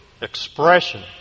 expression